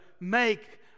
make